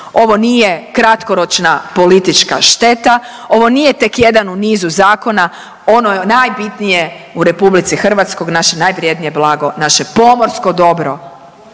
Ovo nije kratkoročna politička šteta, ovo nije tek jedan u nizu zakona, ono je najbitnije u RH, naše najvrijednije blago, naše pomorsko dobro